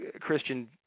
Christian